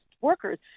workers